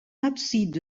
abside